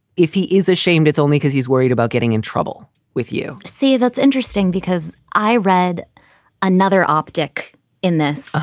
if he is ashamed, it's only because he's worried about getting in trouble with you see, that's interesting because i read another optic in this.